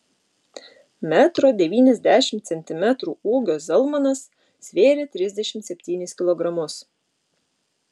metro devyniasdešimt centimetrų ūgio zalmanas svėrė trisdešimt septynis kilogramus